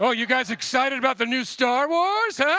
so you guys excited about the new star wars,